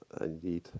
indeed